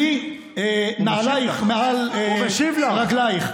שלי נעלייך מעל רגלייך.